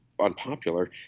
unpopular